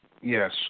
Yes